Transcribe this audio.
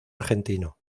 argentino